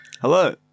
Hello